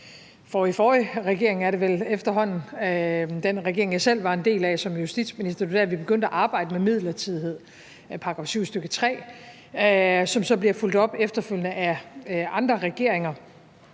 forrigeforrige regering, er det vel efterhånden, altså den regering, jeg selv var en del af som justitsminister. Det var der, vi begyndte at arbejde med midlertidighed –§ 7, stk. 3 – som så bliver fulgt op efterfølgende af andre regeringer,